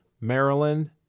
Maryland